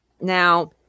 Now